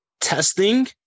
testing